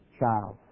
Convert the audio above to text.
child